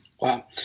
Wow